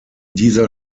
dieser